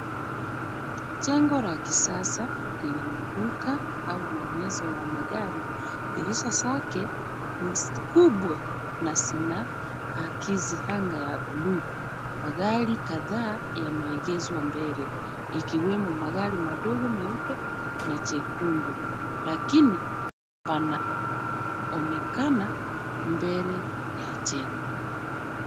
Jengo la kisasa lina maduka au maonyesho ya magari. Dirisha zake ni kubwa na zina akizi anga ya buluu. Magari kadhaa yameegeshwa mbele, ikiwemo magari madogo meupe na nyekundu, lakini panaonekana mbele ya jengo.